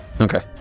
Okay